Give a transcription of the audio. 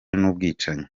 n’ubwicanyi